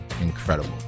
Incredible